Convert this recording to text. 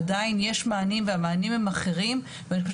עדיין יש מענים והמענים הם אחרים ואני חושבת